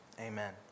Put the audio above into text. Amen